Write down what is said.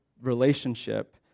relationship